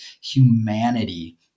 humanity